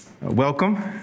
Welcome